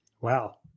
Wow